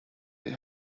they